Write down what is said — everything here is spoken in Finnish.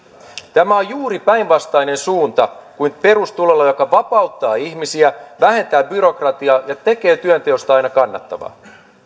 tämä on juuri päinvastainen suunta kuin perustulolla joka vapauttaa ihmisiä vähentää byrokratiaa ja tekee työnteosta aina kannattavaa